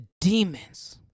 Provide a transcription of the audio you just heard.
demons